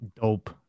Dope